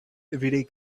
everyday